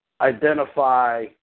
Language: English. identify